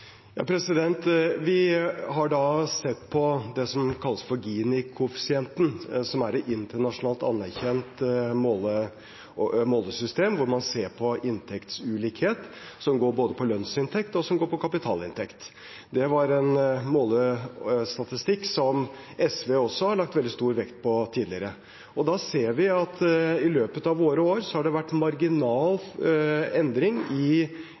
Vi har da sett på det som kalles Gini-koeffisienten, som er et internasjonalt anerkjent målesystem hvor man ser på inntektsulikhet som går på både lønnsinntekt og kapitalinntekt. Det er en målestatistikk som SV også har lagt veldig stor vekt på tidligere. Da ser vi at i løpet av våre år har det vært en marginal endring i